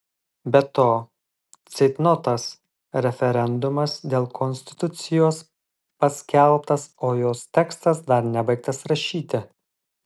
be to ceitnotas referendumas dėl konstitucijos paskelbtas o jos tekstas dar nebaigtas rašyti